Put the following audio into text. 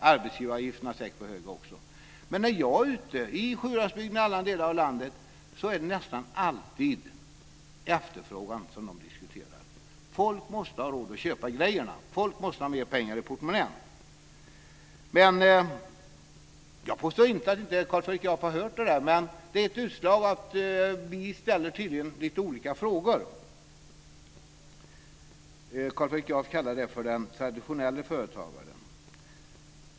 Arbetsgivaravgifterna var säkert också för höga. Men när jag är ute i Sjuhäradsbygden och i andra delar av landet diskuterar man nästan alltid efterfrågan. Folk måste ha råd att köpa grejer. Folk måste ha mer pengar i portmonnän. Jag påstår inte att Carl Fredrik Graf inte har hört det som han berättade, men det kan vara ett utslag av att vi ställer olika frågor. Carl Fredrik Graf kallar detta för den traditionella företagaren.